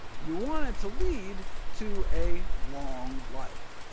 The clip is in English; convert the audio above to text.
you want it to lead to a long life.